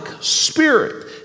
spirit